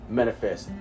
manifest